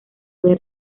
fue